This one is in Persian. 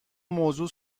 موضوع